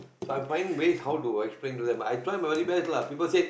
so I find ways how to explain to them I try my very best lah people said